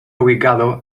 ubicado